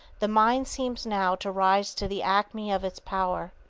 the mind seems now to rise to the acme of its power,